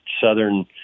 Southern